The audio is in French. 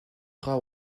rare